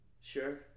sure